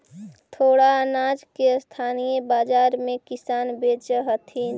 थोडा अनाज के स्थानीय बाजार में किसान बेचऽ हथिन